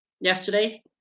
yesterday